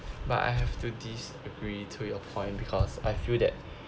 but I have to disagree to your point because I feel that